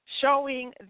showing